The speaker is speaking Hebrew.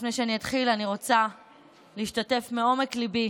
לפני שאני אתחיל, אני רוצה להשתתף מעומק ליבי